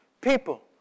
People